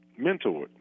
mentored